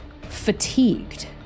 Fatigued